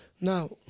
Now